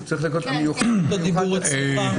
זכות הדיבור אצלך.